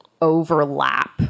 overlap